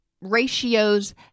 ratios